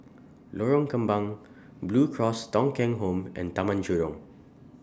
Lorong Kembang Blue Cross Thong Kheng Home and Taman Jurong